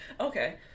okay